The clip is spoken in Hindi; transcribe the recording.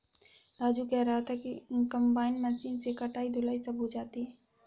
राजू कह रहा था कि कंबाइन मशीन से कटाई धुलाई सब हो जाती है